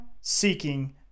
seeking